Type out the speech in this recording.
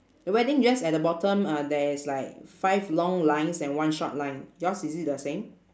wedding dress at the bottom uh there is like five long lines and one short line yours is it the same